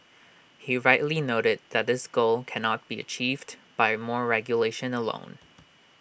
he rightly noted that this goal cannot be achieved by more regulation alone